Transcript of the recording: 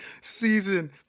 season